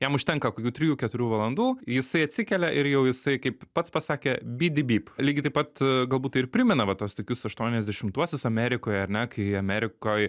jam užtenka kokių trijų keturių valandų jisai atsikelia ir jau jisai kaip pats pasakė by dy byp lygiai taip pat galbūt tai ir primena va tuos tokius aštuoniasdešimtuosius amerikoje ar ne kai amerikoj